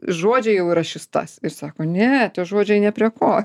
žodžiai jau yra šis tas ir sako ne tie žodžiai ne prie ko